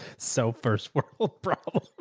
so first world problem.